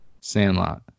Sandlot